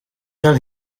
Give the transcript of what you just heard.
tell